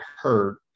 hurt